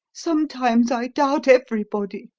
sometimes i doubt everybody.